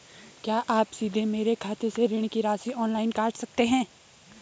क्या आप सीधे मेरे खाते से ऋण की राशि ऑनलाइन काट सकते हैं?